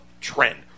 trend